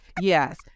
Yes